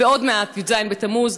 עוד מעט י"ז בתמוז,